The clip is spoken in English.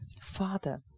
Father